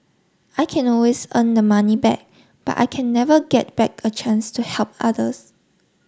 I can always earn the money back but I can never get back a chance to help others